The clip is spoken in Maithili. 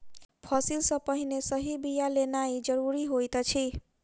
फसिल सॅ पहिने सही बिया लेनाइ ज़रूरी होइत अछि